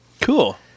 Cool